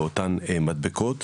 באותן מדבקות,